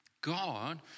God